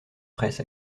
presse